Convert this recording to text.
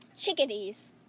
chickadees